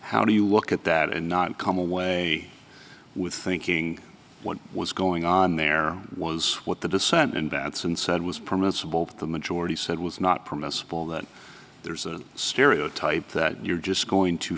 how do you look at that and not come away with thinking what was going on there was what the dissent in batson said was permissible the majority said was not permissible that there's a stereotype that you're just going to